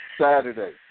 Saturday